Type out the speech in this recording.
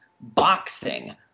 boxing